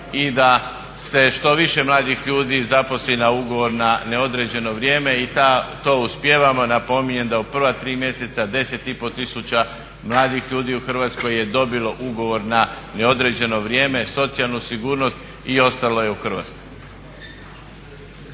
i da se što više mladih ljudi zaposli na ugovor na neodređeno vrijeme i to uspijevamo. Napominjem da u prva tri mjeseca 10 i pol tisuća mladih ljudi u Hrvatskoj je dobilo ugovor na neodređeno vrijeme, socijalnu sigurnost i ostalo je u Hrvatskoj.